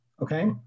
okay